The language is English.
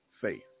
faith